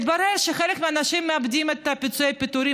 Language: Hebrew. מתברר שאנשים מאבדים את פיצויי הפיטורים,